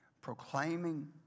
proclaiming